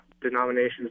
denominations